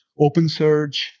OpenSearch